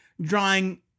drawing